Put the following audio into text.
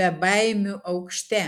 bebaimių aukšte